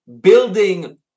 building